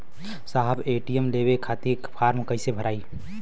साहब ए.टी.एम लेवे खतीं फॉर्म कइसे भराई?